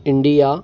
India